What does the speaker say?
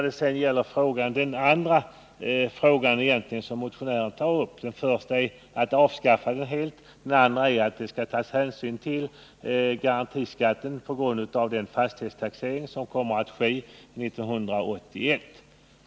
Den andra frågan som motionären tar upp är att det skall göras en översyn av garantiskatten på grund av den fastighetstaxering som kommer att ske 1981.